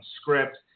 script